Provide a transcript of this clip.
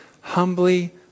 humbly